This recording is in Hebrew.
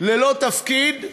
ללא תפקיד,